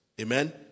Amen